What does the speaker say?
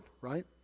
right